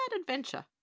adventure